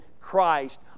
Christ